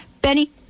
Benny